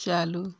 चालू